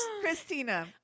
Christina